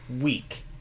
week